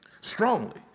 strongly